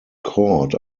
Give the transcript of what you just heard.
court